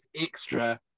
extra